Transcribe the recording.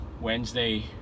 Wednesday